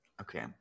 Okay